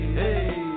hey